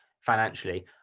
financially